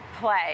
play